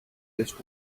just